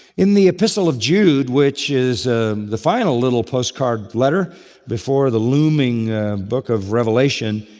in the epistle of jude which is the final little postcard letter before the looming book of revelation,